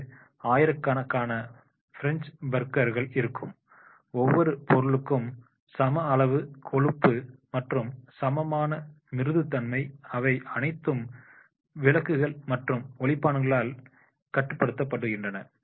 என்று ஆயிரக்கணக்கான பிரஞ்ச் பர்கர்கள் இருக்கும் ஒவ்வொரு பொருளுக்கும் சம அளவு கொழுப்பு மற்றும் சமமான மிருதுத்தன்மை அவை அனைத்தும் விளக்குகள் மற்றும் ஒலிப்பான்களால் கட்டுப்படுத்தப்படுகின்றன